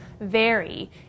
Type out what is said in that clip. vary